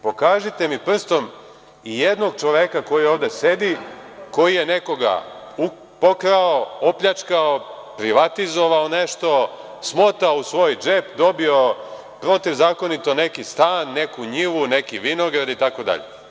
Pokažite mi prstom i jednog čoveka koji ovde sedi koji je nekoga pokrao, opljačkao, privatizovao nešto, smotao u svoj džep, dobio protivzakonito neki stan, neku njivu, neki vinograd itd.